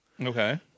Okay